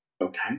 Okay